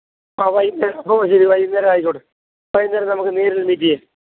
ആഹ് വൈകുന്നേരം ഓ ശരി വൈകുന്നേരം ആയിക്കോട്ട് വൈകുന്നേരം നമുക്ക് നേരില് മീറ്റ് ചെയ്യാം